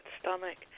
stomach